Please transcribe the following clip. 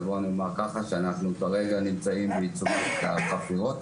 אנחנו כרגע נמצאים בעיצומן של החפירות,